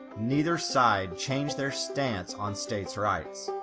neither side changed their stance on states' rights.